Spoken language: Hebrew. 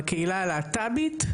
על הקהילה הלהט"בית.